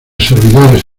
servidores